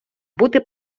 бути